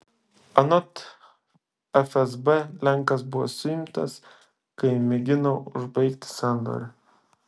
anot fsb lenkas buvo suimtas kai mėgino užbaigti sandorį